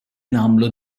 nagħmlu